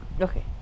Okay